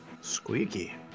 Squeaky